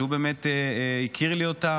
שהוא באמת הכיר לי אותן,